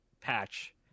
patch